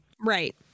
Right